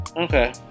Okay